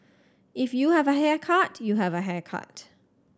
if you have a haircut you have a haircut